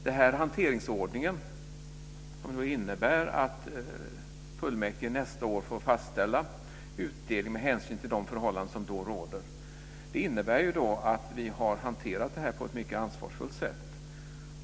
Den här hanteringsordningen, där fullmäktige nästa år får fastställa utdelningen med hänsyn till de förhållanden som då råder, innebär att vi har hanterat det här på ett mycket ansvarsfullt sätt.